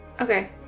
okay